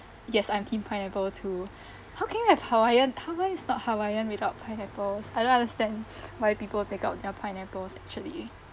yes I'm team pineapple too how can you have hawaiian hawaiian is not hawaiian without pineapples I don't understand why people take out their pineapples actually